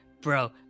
bro